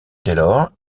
taylor